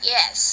Yes